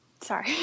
Sorry